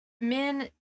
Men